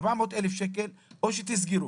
400,000 שקלים או שתסגרו.